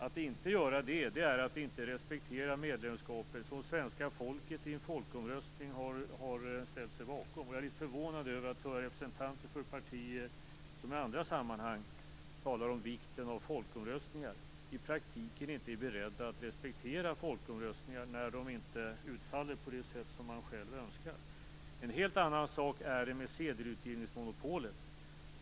Att inte göra det är att inte respektera medlemskapet som svenska folket i en folkomröstning har ställt sig bakom. Jag är litet förvånad över att höra att representanterna för partier som i andra sammanhang talar om vikten av folkomröstningar i praktiken inte är beredda att respektera folkomröstningar när de inte utfaller på de sätt man själv önskar. En helt annan sak är det med sedelutgivningsmonopolet.